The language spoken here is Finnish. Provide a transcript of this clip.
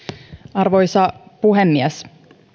arvoisa puhemies